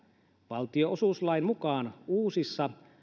valtionosuuslain mukaan uusissa